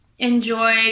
Enjoyed